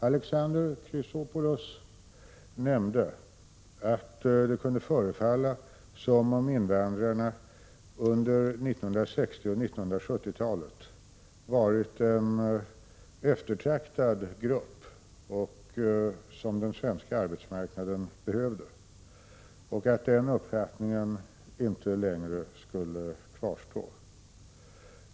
Alexander Chrisopoulos nämnde att det kunde förefalla som om invandrarna under 1960 och 1970-talen ansetts vara en eftertraktad grupp, som den svenska arbetsmarknaden behövde, men att den uppfattningen inte längre kvarstod.